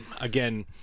again